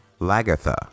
Lagatha